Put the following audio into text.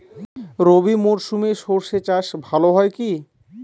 রবি মরশুমে সর্ষে চাস ভালো হয় কি?